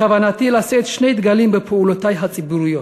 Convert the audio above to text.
בכוונתי לשאת שני דגלים בפעולותי הציבוריות: